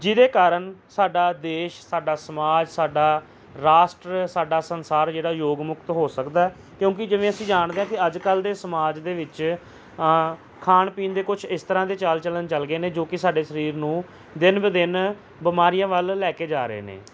ਜਿਹਦੇ ਕਾਰਨ ਸਾਡਾ ਦੇਸ਼ ਸਾਡਾ ਸਮਾਜ ਸਾਡਾ ਰਾਸ਼ਟਰ ਸਾਡਾ ਸੰਸਾਰ ਜਿਹੜਾ ਯੋਗ ਮੁਕਤ ਹੋ ਸਕਦਾ ਕਿਉਂਕਿ ਜਿਵੇਂ ਅਸੀਂ ਜਾਣਦੇ ਹਾਂ ਕਿ ਅੱਜ ਕੱਲ੍ਹ ਦੇ ਸਮਾਜ ਦੇ ਵਿੱਚ ਖਾਣ ਪੀਣ ਦੇ ਕੁਝ ਇਸ ਤਰ੍ਹਾਂ ਦੇ ਚਾਲ ਚਲਣ ਚਲ ਗਏ ਨੇ ਜੋ ਕਿ ਸਾਡੇ ਸਰੀਰ ਨੂੰ ਦਿਨ ਬ ਦਿਨ ਬਿਮਾਰੀਆਂ ਵੱਲ ਲੈ ਕੇ ਜਾ ਰਹੇ ਨੇ